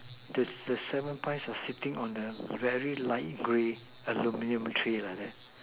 this this the seven pie are sitting on the very light grey aluminium tray like that